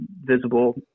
visible